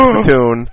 platoon